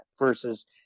versus